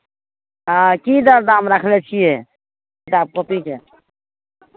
हँ की दर दाम रखने छियै किताब कॉपीके